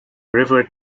river